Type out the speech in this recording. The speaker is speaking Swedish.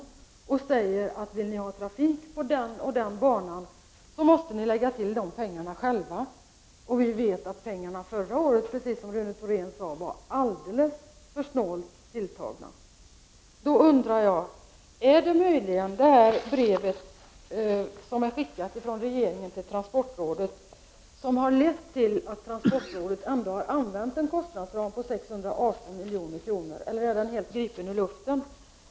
Från transportrådets sida säger man till länstrafikorganen att om vissa banor skall trafikeras får länstrafikorganen lägga till pengarna själva. Men vi vet alltså, som Rune Thorén sade, att pengarna förra året var alldeles för snålt tilltagna. Då undrar jag följande: Är det möjligen det brev som skickades från regeringen till transportrådet som har lett till att transportrådet ändå har använt en kostnadsram på 618 miljoner, eller är den helt gripen ur luften?